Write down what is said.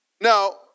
Now